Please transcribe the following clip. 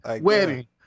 wedding